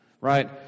Right